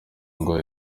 ngo